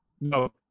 No